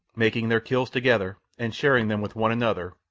making their kills together and sharing them with one another,